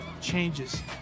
changes